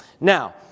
Now